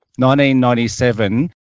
1997